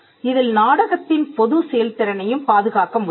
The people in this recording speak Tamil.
இதில் நாடகத்தின் பொது செயல்திறனையும் பாதுகாக்க முடியும்